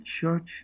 church